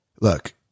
look